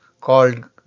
called